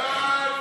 ההצעה